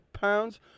pounds